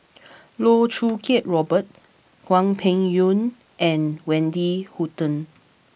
Loh Choo Kiat Robert Hwang Peng Yuan and Wendy Hutton